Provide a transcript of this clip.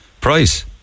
price